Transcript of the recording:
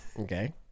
okay